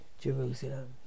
Jerusalem